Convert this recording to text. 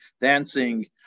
dancing